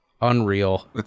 Unreal